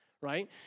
Right